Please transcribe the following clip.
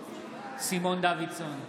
סימון דוידסון,